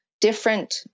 different